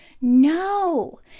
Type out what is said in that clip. No